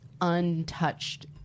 untouched